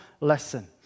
lesson